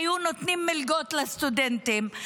היו נותנים מלגות לסטודנטים,